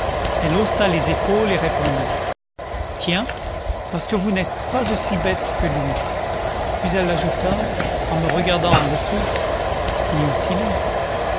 elle haussa les épaules et répondit tiens parce que vous n'êtes pas aussi bête que lui puis elle ajouta en me regardant en dessous ni aussi